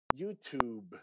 YouTube